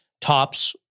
tops